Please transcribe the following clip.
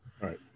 right